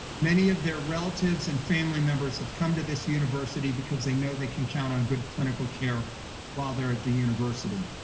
many of their relatives and family members have come to this university because they know they can count on good clinical care while they're at the university.